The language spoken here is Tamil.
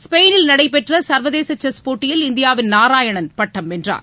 ஸ்பெயினில் நடைபெற்ற சர்வதேச செஸ் போட்டியில் இந்தியாவின் நாராயணன் பட்டம் வென்றார்